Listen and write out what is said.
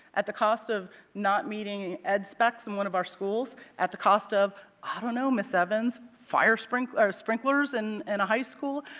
at the cost of not meeting ed specs in one of our schools. at the cost of, i don't know, ms. evans, fire sprinklers in and and a high school?